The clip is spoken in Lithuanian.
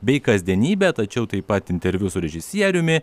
bei kasdienybę tačiau taip pat interviu su režisieriumi